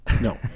No